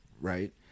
Right